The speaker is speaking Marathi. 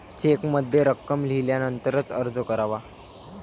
चेकमध्ये रक्कम लिहिल्यानंतरच अर्ज करावा